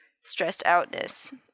stressed-outness